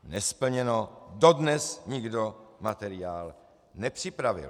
Nesplněno, dodnes nikdo materiál nepřipravil.